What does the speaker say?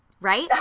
right